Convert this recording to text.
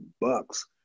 bucks